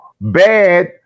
bad